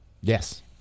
Yes